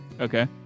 Okay